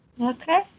Okay